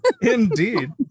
Indeed